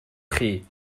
chi